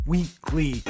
Weekly